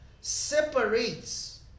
separates